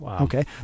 okay